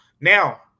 Now